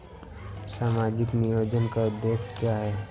सामाजिक नियोजन का उद्देश्य क्या है?